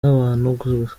n’abantu